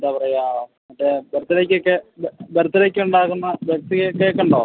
എന്താ പറയുക മറ്റേ ബര്ത്ത്ഡേയ്ക്ക് ഒക്കെ ബെര്ത്ത്ഡേയ്ക്ക് ഉണ്ടാക്കുന്ന ബര്ത്ത് ഡേ കേക്ക് ഉണ്ടോ